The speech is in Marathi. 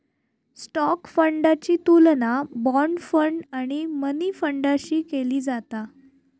स्टॉक फंडाची तुलना बाँड फंड आणि मनी फंडाशी केली जाता